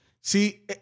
See